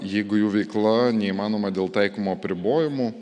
jeigu jų veikla neįmanoma dėl taikomo apribojimų